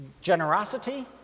Generosity